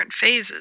phases